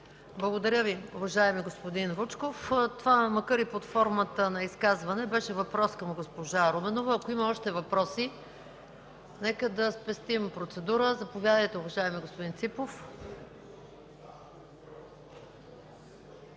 Благодаря Ви, уважаеми господин Вучков. Макар и под формата на изказване, беше въпрос към госпожа Руменова. Ако има още въпроси, нека да спестим процедурата. Заповядайте, уважаеми господин Ципов.